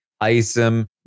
Isom